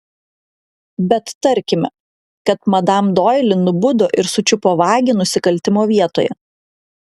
bet tarkime kad madam doili nubudo ir sučiupo vagį nusikaltimo vietoje